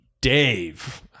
Dave